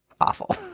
awful